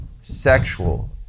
sexual